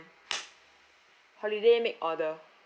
holiday make order